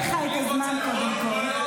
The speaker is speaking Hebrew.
אנחנו מאפסים לך את הזמן, קודם כול.